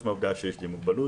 מלבד העובדה שיש לי מגבלות,